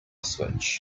switch